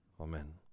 Amen